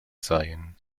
seien